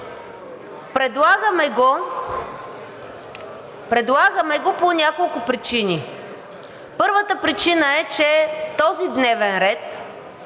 Предлагаме го по няколко причини. Първата причина е, че този дневен ред